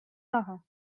marin